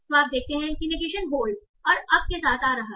तो आप देखते हैं कि निगेशन होल्ड और अप के साथ आ रहा है